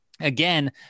again